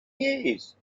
years